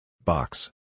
Box